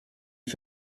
die